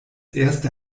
erste